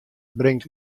bringt